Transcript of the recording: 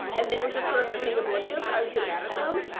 and they were just sort of being oblivious i would get mad at them.